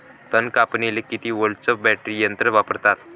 तन कापनीले किती व्होल्टचं बॅटरी यंत्र वापरतात?